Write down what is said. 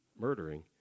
murdering